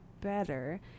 better